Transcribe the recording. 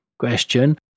question